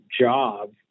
job